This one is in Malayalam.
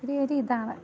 ഒരു ഒരിതാണ്